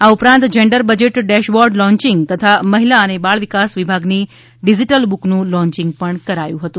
આ ઉપરાંત gender budget dashboard launching તથા મહિલા અને બાળ વિકાસ વિભાગની ડીજીટલ બુકનું લોન્ચિંગ પણ કરાયું હતું